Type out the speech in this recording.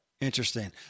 interesting